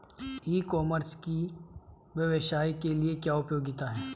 ई commerce की व्यवसाय के लिए क्या उपयोगिता है?